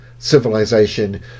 civilization